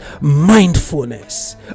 mindfulness